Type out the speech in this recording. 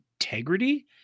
integrity